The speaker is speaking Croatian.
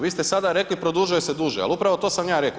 Vi ste sada rekli produžuje se duže, ali upravo to sam ja reko.